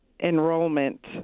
enrollment